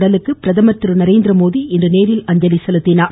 உடலுக்கு பிரதமர் திரு நரேந்திரமோடி இன்று நேரில் அஞ்சலி செலுத்தினார்